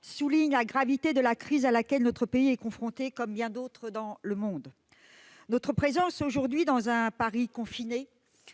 souligne la gravité de la crise à laquelle notre pays est confronté, comme bien d'autres dans le monde. Notre présence aujourd'hui, dans un Paris confiné,